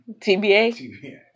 TBA